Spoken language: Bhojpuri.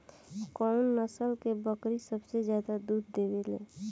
कउन नस्ल के बकरी सबसे ज्यादा दूध देवे लें?